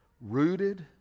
rooted